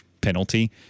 penalty